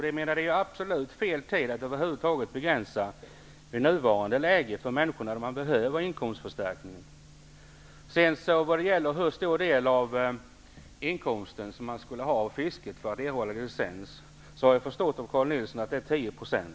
Det är absolut fel tid att över huvud taget begränsa för människor i nuvarande läge när de behöver inkomstförstärkning. När det gäller hur stor del av inkomsten fisket skall vara för att man skall erhålla licens så har jag förstått Carl Nilsson så att det är 10 %.